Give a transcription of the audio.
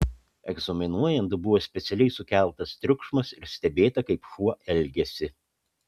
egzaminuojant buvo specialiai sukeltas triukšmas ir stebėta kaip šuo elgiasi